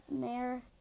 Mayor